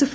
F